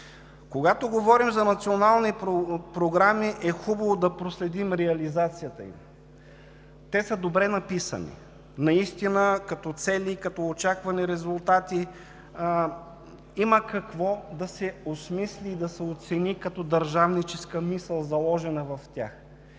Когато говорим за национални програми, е хубаво да проследим реализацията им. Те наистина са добре написани – като цели и като очаквани резултати. Има какво да се осмисли и да се оцени като държавническа мисъл, заложена в тях.